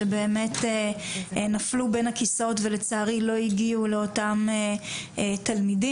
שבאמת נפלו בין הכיסאות ולצערי לא הגיעו לאותם תלמידים.